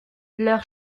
leurs